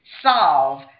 solve